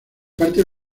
parte